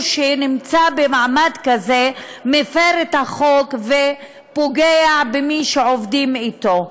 שנמצא במעמד כזה מפר את החוק ופוגע במי שעובדים אתו.